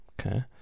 Okay